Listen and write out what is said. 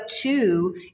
two